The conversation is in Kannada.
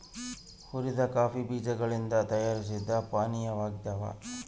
ಹುರಿದ ಕಾಫಿ ಬೀಜಗಳಿಂದ ತಯಾರಿಸಿದ ಪಾನೀಯವಾಗ್ಯದ